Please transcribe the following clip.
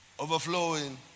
overflowing